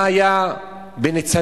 מה היה בניצנים?